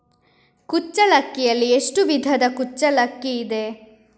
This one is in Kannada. ಕುಚ್ಚಲಕ್ಕಿಯಲ್ಲಿ ಎಷ್ಟು ವಿಧದ ಕುಚ್ಚಲಕ್ಕಿ ಇದೆ?